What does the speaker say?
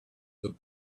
the